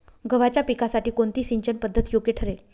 गव्हाच्या पिकासाठी कोणती सिंचन पद्धत योग्य ठरेल?